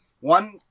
One